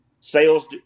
sales